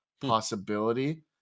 possibility